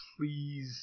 Please